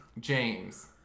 James